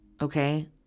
Okay